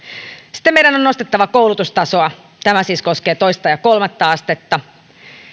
sitten meidän on nostettava koulutustasoa tämä siis koskee toista ja kolmatta astetta